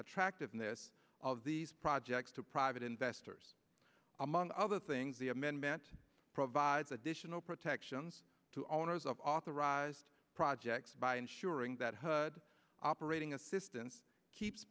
attractiveness of these projects to private investors among other things the amendment provides additional protections to owners of authorized projects by ensuring that hud operating assistance keeps